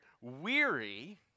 weary